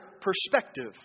perspective